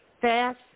fast